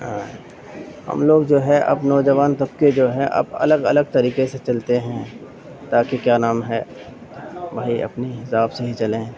ہم لوگ جو ہے اب نواجوان طبقے جو ہے اب الگ الگ طریقے سے چلتے ہیں تاکہ کیا نام ہے بھائی اپنے حساب سے ہی چلیں